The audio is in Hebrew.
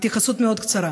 התייחסות מאוד קצרה